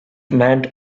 manned